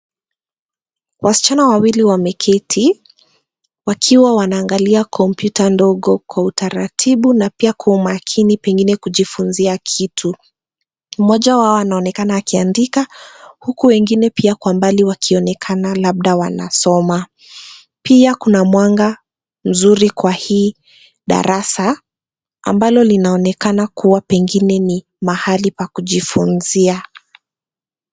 Wasichana wawili wameketi, wakiwa wanaangalia kompyuta ndogo kwa utaratibu na pia kwa umakini pengine kujifunzia kitu. Mmoja wao anaonekana akiandika huku wengine pia kwa mbali wakionekana labda wanasoma. Pia kuna mwanga mzuri kwa hii darasa ambalo linaonekana kuwa pengine ni mahali pa kujifunzia.